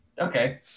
okay